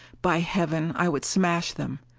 by heaven, i would smash them?